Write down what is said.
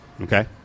Okay